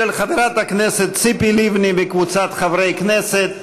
של חברת הכנסת ציפי לבני וקבוצת חברי הכנסת.